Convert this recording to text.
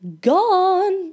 gone